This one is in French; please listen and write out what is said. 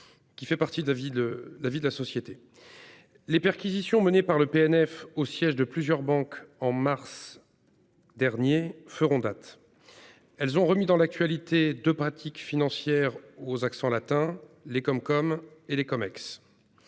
qui fait partie de la vie de la société. Les perquisitions menées par le PNF au siège de plusieurs banques en mars dernier feront date. Elles ont remis dans l'actualité deux pratiques financières aux accents latins : les CumCum et les CumEx.